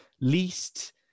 least